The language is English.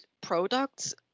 products